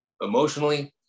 Emotionally